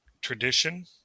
tradition